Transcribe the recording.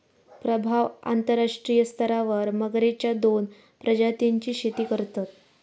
प्रभाव अंतरराष्ट्रीय स्तरावर मगरेच्या दोन प्रजातींची शेती करतत